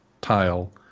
tile